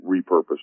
repurposed